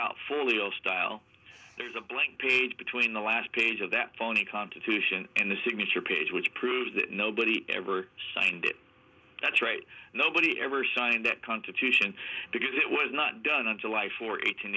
little style there's a blank page between the last page of that phony constitution and the signature page which proves that nobody ever signed it that's right nobody ever signed that constitution because it was not done in july for eight